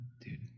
Dude